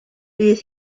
bydd